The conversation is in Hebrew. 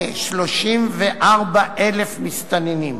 כ-34,000 מסתננים.